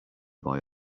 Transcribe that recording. boy